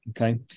okay